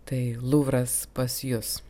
tai luvras pas jus